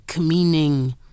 meaning